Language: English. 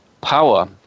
power